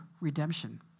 redemption